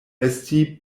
esti